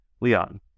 Leon